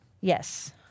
Yes